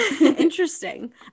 Interesting